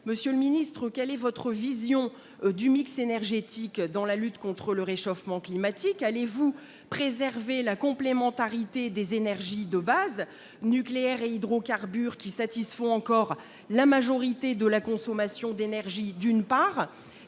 Monsieur le ministre d'État, quelle est votre vision du mix énergétique dans la lutte contre le réchauffement climatique ? Allez-vous préserver la complémentarité des énergies de base, nucléaire et hydrocarbures, qui satisfont encore la majorité de la consommation d'énergie, d'une part,